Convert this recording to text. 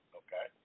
okay